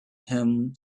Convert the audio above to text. him